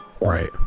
Right